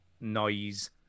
noise